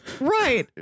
right